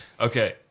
okay